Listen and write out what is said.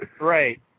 right